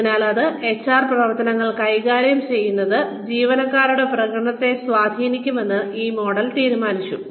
അതിനാൽ ഈ എച്ച്ആർ പ്രവർത്തനങ്ങൾ കൈകാര്യം ചെയ്യുന്നത് ജീവനക്കാരുടെ പ്രകടനത്തെ സ്വാധീനിക്കുമെന്ന് ഈ മോഡൽ അനുമാനിച്ചു